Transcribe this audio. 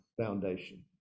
Foundation